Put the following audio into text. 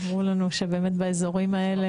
אמרו לנו שבאמת באזורים האלה.